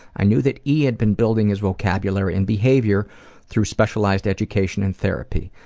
i knew that e had been building his vocabulary and behavior through specialized education and therapy.